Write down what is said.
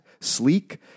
sleek